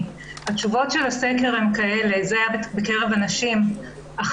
לאחר מכן, יהיה הנושא של הכשרת